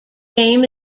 game